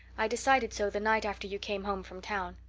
i decided so the night after you came home from town.